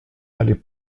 allait